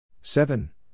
seven